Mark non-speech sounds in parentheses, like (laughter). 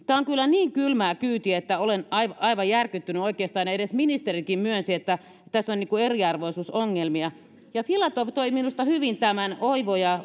tämä on kyllä niin kylmää kyytiä että olen aivan järkyttynyt oikeastaan ministerikin myönsi että tässä on eriarvoisuusongelmia ja filatov toi minusta hyvin esiin tämän tutkimuksen oivo ja (unintelligible)